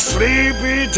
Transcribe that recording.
Sleepy